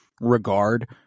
regard